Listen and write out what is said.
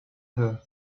her